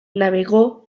navegó